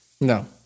No